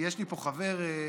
יש לי פה חבר מהקואליציה,